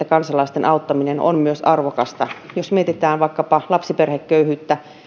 kansalaisten auttaminen työttömyydestä on myös arvokasta jos mietitään vaikkapa lapsiperheköyhyyttä